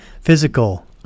physical